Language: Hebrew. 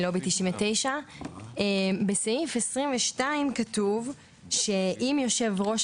מלובי 99. בסעיף 22 כתוב שאם יושב ראש